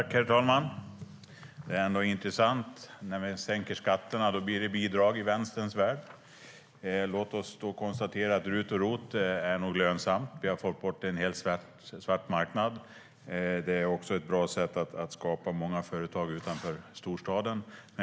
Herr talman! Det är intressant: När vi sänker skatterna blir det bidrag i Vänsterns värld. Låt oss då konstatera att det nog är lönsamt med RUT och ROT. Vi har fått bort en hel svart marknad. Det är också ett bra sätt att skapa många företag utanför storstaden.